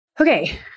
Okay